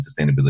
sustainability